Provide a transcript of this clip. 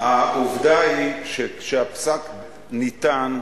העובדה היא שכשהפסק ניתן,